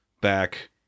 back